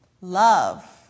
Love